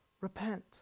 repent